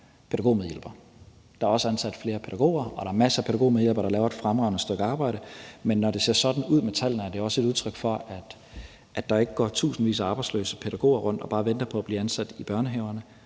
Der er også blevet ansat flere pædagoger, og der er masser af pædagogmedhjælpere, der laver et fremragende stykke arbejde. Men når det ser sådan ud med tallene, er det også et udtryk for, at der ikke går tusindvis af arbejdsløse pædagoger rundt og bare venter på at blive ansat i børnehaverne,